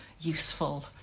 useful